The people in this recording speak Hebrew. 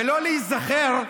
ולא להיזכר בכך